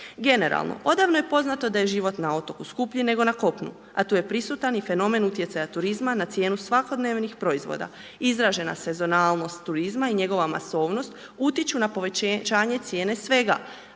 Generalno, odavno je poznato da je život na otoku skuplji nego na kopnu a tu je prisutan i fenomen utjecaja turizma na cijenu svakodnevnih proizvoda, izražena sezonalnost turizma i njegova masovnost utiču na povećanje cijene svega